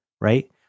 right